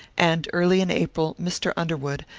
and early in april mr. underwood,